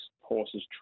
horse's